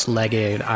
legged